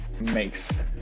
makes